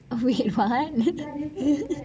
wait what